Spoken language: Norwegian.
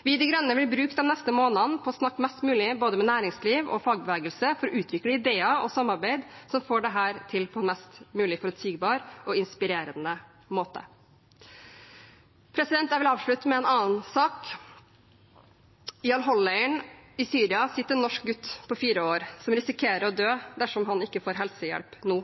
Vi i De Grønne vil bruke de neste månedene på å snakke mest mulig med både næringsliv og fagbevegelse for å utvikle ideer og samarbeid som får dette til på en mest mulig forutsigbar og inspirerende måte. Jeg vil avslutte med en annen sak: I Al Hol-leiren i Syria sitter en norsk gutt på fire år som risikerer å dø dersom han ikke får helsehjelp nå.